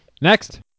next